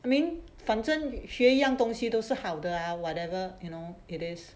I mean 反正学一样东西都是好的 ah whatever you know it is